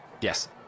yes